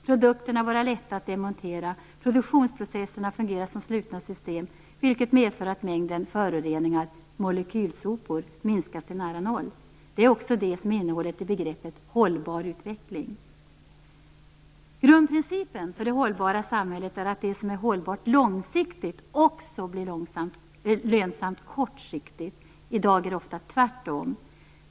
Produkterna måste vara lätta att demontera, och produktionsprocesserna måste fungera som slutna system, vilket medför att mängden föroreningar, molekylsopor, minskas till nära noll. Det är också det som är innehållet i begreppet hållbar utveckling. Grundprincipen för det hållbara samhället är att det som är hållbart långsiktigt också blir lönsamt kortsiktigt. I dag är det ofta tvärtom.